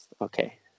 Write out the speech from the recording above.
Okay